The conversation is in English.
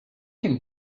can